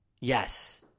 Yes